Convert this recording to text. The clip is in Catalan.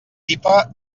tipa